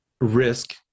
risk